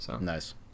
Nice